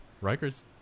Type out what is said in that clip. Riker's